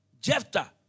Jephthah